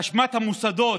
זה באשמת המוסדות,